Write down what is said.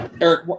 Eric